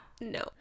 no